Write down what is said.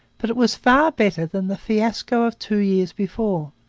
but it was far better than the fiasco of two years before.